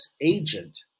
agent